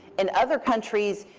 in other countries,